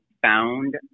found